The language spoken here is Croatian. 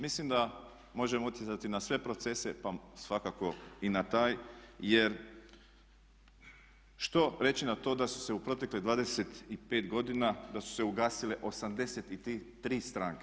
Mislim da možemo utjecati na sve procese pa svakako i na taj jer što reći na to da su se u protekle 25 godina, da su se ugasile 83 stranke.